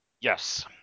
Yes